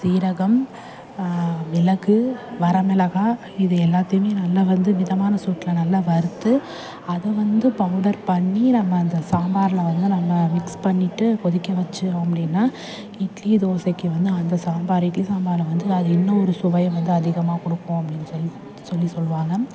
சீரகம் மிளகு வரமிளகாய் இது எல்லாத்தையுமே நல்லா வந்து மிதமான சூட்டில் நல்லா வறுத்து அதுவந்து பவுடர் பண்ணி நம்ம அந்த சாம்பாரில் வந்து நல்லா மிக்ஸ் பண்ணிவிட்டு கொதிக்கவச்சு அப்படினா இட்லி தோசைக்கு வந்து அந்த சாம்பாரே இட்லி சாம்பாரை வந்து அது இன்னும் ஒரு சுவை வந்து அதிகமாக கொடுக்கும் அப்படினு சொல்லி சொல்லி சொல்வாங்க